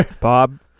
Bob